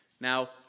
Now